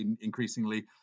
increasingly